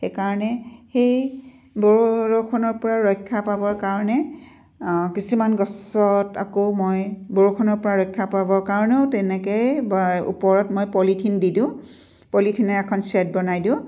সেইকাৰণে সেই বৰষুণৰ পৰা ৰক্ষা পাবৰ কাৰণে কিছুমান গছত আকৌ মই বৰষুণৰ পৰা ৰক্ষা পাবৰ কাৰণেও তেনেকেই ওপৰত মই পলিথিন দি দিওঁ পলিথিনে এখন শ্বে'দ বনাই দিওঁ